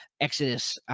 Exodus